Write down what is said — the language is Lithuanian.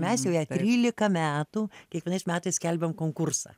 mes jau jai trylika metų kiekvienais metais skelbiam konkursą